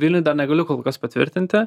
vilniuj dar negaliu kol kas patvirtinti